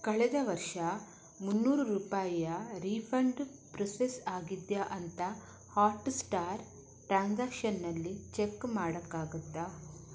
ಕಳೆದ ವರ್ಷ ಮುನ್ನೂರು ರೂಪಾಯಿಯ ರೀಫಂಡ್ ಪ್ರೊಸೆಸ್ ಆಗಿದೆಯಾ ಅಂತ ಹಾಟ್ಸ್ಟಾರ್ ಟ್ರಾನ್ಸಾಕ್ಷನ್ನಲ್ಲಿ ಚೆಕ್ ಮಾಡಕ್ಕಾಗತ್ತಾ